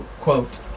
quote